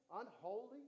unholy